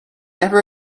never